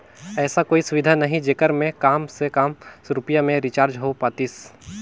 ऐसा कोई सुविधा नहीं जेकर मे काम से काम रुपिया मे रिचार्ज हो पातीस?